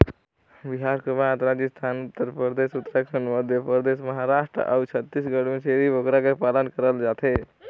बिहार कर बाद राजिस्थान, उत्तर परदेस, उत्तराखंड, मध्यपरदेस, महारास्ट अउ छत्तीसगढ़ में छेरी बोकरा कर पालन करल जाथे